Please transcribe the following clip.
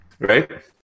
right